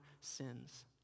sins